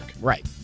Right